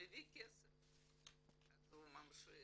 אם הוא מביא כסף הוא ממשיך,